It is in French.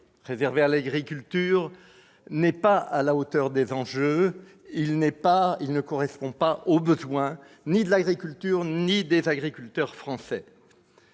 alloué à l'agriculture n'est pas à la hauteur des enjeux et ne correspond aux besoins ni de l'agriculture ni des agriculteurs français.